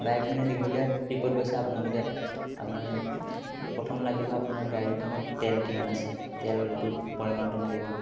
bike মানে দীঘলীয়া ট্ৰিপত গৈছে আপোনালোকে আপোনাৰ প্ৰথম লাগিব আপোনাৰ গাড়ীখনত তেল কিমান আছে তেলটো পৰিমাণটো লাগিব